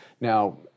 Now